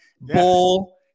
bull